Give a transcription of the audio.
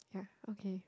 yeah okay